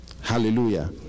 Hallelujah